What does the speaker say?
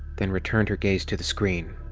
then returned her gaze to the screen.